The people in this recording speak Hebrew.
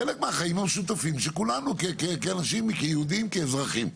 כחלק מהחיים המשותפים של כולנו כיהודים וכאזרחים.